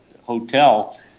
hotel